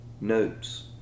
notes